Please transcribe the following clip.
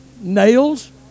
nails